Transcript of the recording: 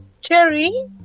Cherry